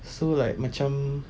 so like macam